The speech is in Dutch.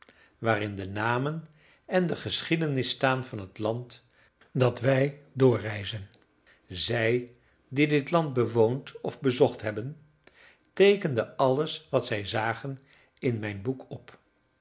waarin de namen en de geschiedenis staan van het land dat wij doorreizen zij die dit land bewoond of bezocht hebben teekenden alles wat zij zagen in mijn boek op